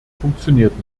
funktioniert